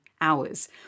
hours